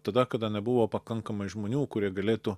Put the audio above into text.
tada kada buvo pakankamai žmonių kurie galėtų